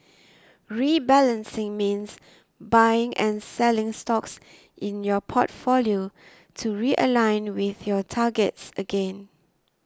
rebalancing means buying and selling stocks in your portfolio to realign with your targets again